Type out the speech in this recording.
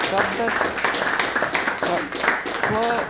शब्दस् स्व